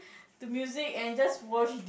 to music and just watch